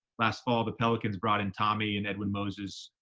last fall, the pelicans brought in tommie and edwin moses,